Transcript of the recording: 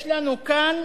יש לנו כאן